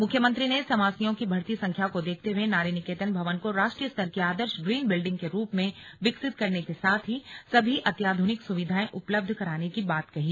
मुख्यमंत्री ने संवासनियों की बढ़ती संख्या को देखते हुए नारी निकेतन भवन को रोष्ट्रीय स्तर की आदर्श ग्रीन बिल्डिंग के रूप में विकसित करने के साथ ही सभी अत्याध्रनिक सुविधाएं उपलब्ध कराने की बात कही